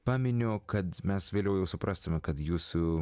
paminiu kad mes vėliau jau suprastume kad jūsų